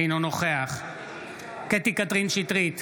אינו נוכח קטי קטרין שטרית,